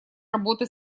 работы